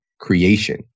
creation